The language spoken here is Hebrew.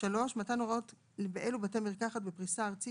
(3)מתן הוראות באילו בתי מרקחת בפריסה ארצית